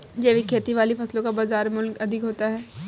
जैविक खेती वाली फसलों का बाजार मूल्य अधिक होता है